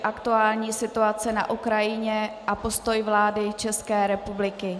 Aktuální situace na Ukrajině a postoj vlády České republiky